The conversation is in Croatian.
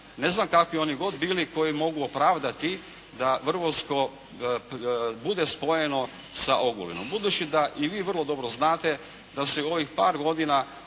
ne znam kakvi oni god bili koji mogu opravdati da Vrbovsko bude spojeno sa Ogulinom. Budući da i vi vrlo dobro znate da se u ovih par godina